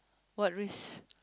what risk